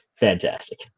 Fantastic